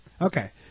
Okay